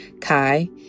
Kai